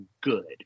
good